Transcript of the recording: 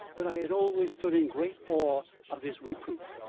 but i had always stood in great awe of his reproof,